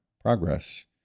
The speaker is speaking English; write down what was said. progress